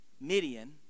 Midian